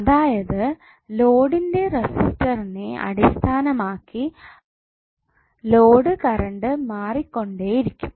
അതായത് ലോഡിന്റെ റസിസ്റ്റൻസ്സിനെ അടിസ്ഥാനമാക്കി ലോഡ് കറണ്ട് മാറിക്കൊണ്ടേയിരിക്കും